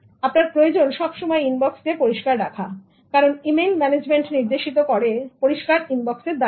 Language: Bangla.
আপনার প্রয়োজন সব সময় ইনবক্স কে পরিষ্কার রাখা কারণ ইমেইল ম্যানেজমেন্ট নির্দেশিত হয় পরিষ্কার ইনবক্স দ্বারা